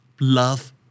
love